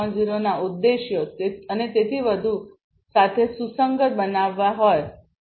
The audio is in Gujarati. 0 ના ઉદ્દેશ્યો અને તેથી વધુ સાથે સુસંગત બનાવવા હોય